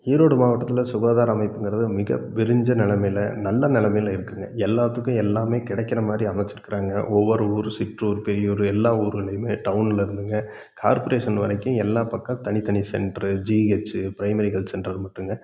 ஈரோடு மாவட்டத்தில் சுகாதார அமைப்புங்கிறது மிக விரிஞ்ச நெலைமையில நல்ல நெலைமையில இருக்குதுங்க எல்லோத்துக்கும் எல்லாமே கிடைக்கிற மாதிரி அமைச்சிருக்குறாங்க ஒவ்வொரு ஊர் சிற்றூர் பெரியூர் எல்லா ஊர்கள்லேயுமே டவுனில் இருந்துங்க கார்ப்ரேஷன் வரைக்கும் எல்லா பக்கம் தனித்தனி centre GHC primary health centre மட்டுமில்லங்க